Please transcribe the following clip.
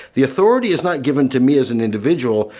the authority is not given to me as an individual,